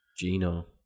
Gino